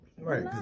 Right